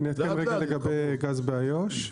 אני אעדן רגע לגבי גז באיו"ש.